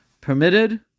permitted